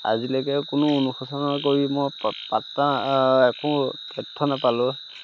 আজিলৈকে কোনো অনুশোচনা কৰি মই পাত্তা একো তথ্য নাপালোঁ